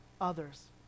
others